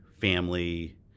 family